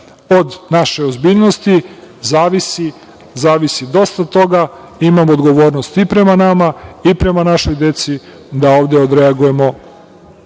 Od naše ozbiljnosti zavisi dosta toga. Imamo odgovornost i prema nama i prema našoj deci da ovde odreagujemo